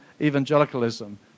evangelicalism